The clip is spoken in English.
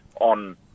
on